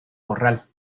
corral